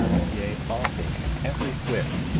yea, all things, every whit,